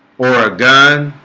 or a gun